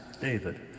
David